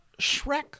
Shrek